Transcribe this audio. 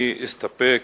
אני אסתפק